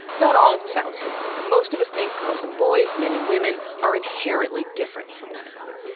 that all sounds familiar. most of us think girls and boys, men and women, are inherently different from one another.